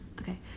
okay